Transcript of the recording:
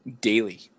daily